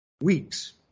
weeks